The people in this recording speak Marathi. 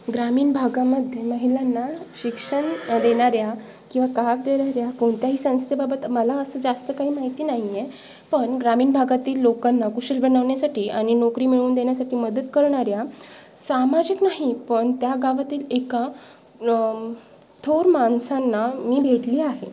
ग्रामीण भागामध्ये महिलांना शिक्षण देणाऱ्या किंवा काम देणाऱ्या कोणत्याही संस्थेबाबत मला असं जास्त काही माहिती नाही आहे पण ग्रामीण भागातील लोकांना कुशल बनवण्यासाठी आणि नोकरी मिळवून देण्यासाठी मदत करणाऱ्या सामाजिक नाही पण त्या गावातील एका थोर माणसांना मी भेटली आहे